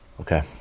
Okay